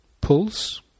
pulse